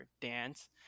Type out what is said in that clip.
dance